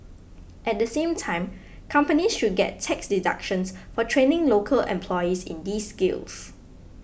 at the same time companies should get tax deductions for training local employees in these skills